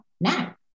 now